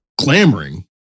clamoring